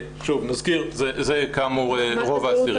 שוב, נזכיר, זה רוב האסירים.